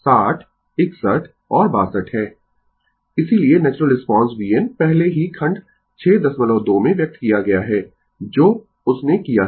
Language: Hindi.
Refer Slide Time 1521 इसीलिए नेचुरल रिस्पांस vn पहले ही खंड 62 में व्यक्त किया गया है जो उसने किया है